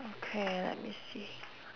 okay let me see